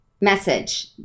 message